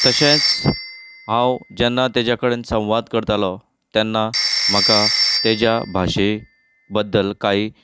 तशेंच हांव जेन्ना ताजे कडेन संवाद करतालो तेन्ना म्हाका ताज्या भाशे बद्दल कांय